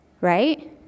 right